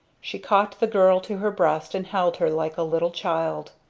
she caught the girl to her breast and held her like a little child.